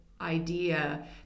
idea